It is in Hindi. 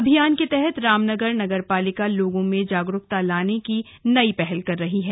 अभियान के तहत रामनगर नगरपालिका लोगों में जागरूकता लाने की नई पहल कर रही है